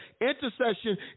intercession